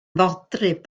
fodryb